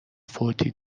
فوتی